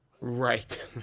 Right